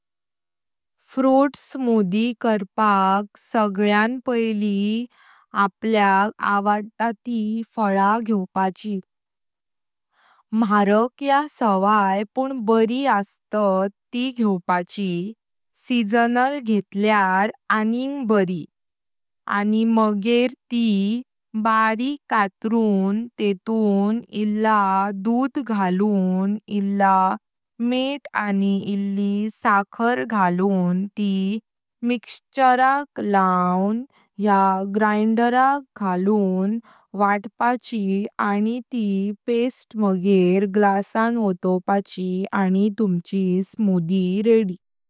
Fruit smoothie करपाक सगळ्यान पायली आपल्याक आवडतात ती फळा घेतवपाची। मारक या सवई पण बरी असत ती घेतवपाची सिझनल घेतल्यात अनिंग बरी। आणि मगेरी ती बारिक कातरून तेतून इल्ला दूध घालून इल्ला मिठ आणी इल्लि साकर घालून ती मिक्सचर लां या ग्राइंडरान घालून वाटपाची आणी ती पेस्ट मगेरी ग्लासन वठवपाची आणी तुमची स्मूथी रेडी।